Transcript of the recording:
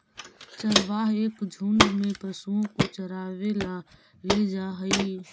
चरवाहा एक झुंड में पशुओं को चरावे ला ले जा हई